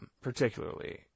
particularly